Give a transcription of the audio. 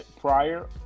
prior